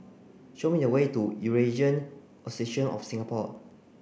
show me the way to Eurasian Association of Singapore